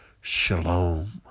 Shalom